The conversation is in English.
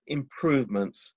improvements